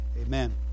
amen